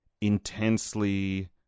intensely